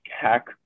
Hack